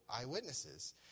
eyewitnesses